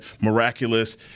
miraculous